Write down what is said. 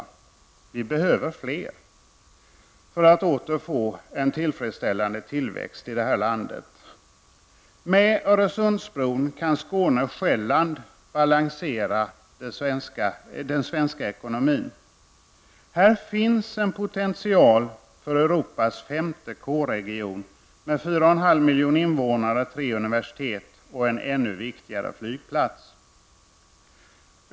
Vi behöver fler för att återfå en tillfredsställande tillväxt i landet. Med Öresundsbron kan Skåne och Sjælland balansera svensk ekonomi. Här finns potential för Europas femte k-region med 4,5 miljoner invånare, tre universitet och en ännu viktigare flygplats.